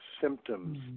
symptoms